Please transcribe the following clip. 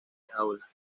jaula